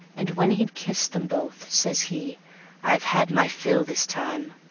and when he'd kissed them both, says he i've had my fill this time.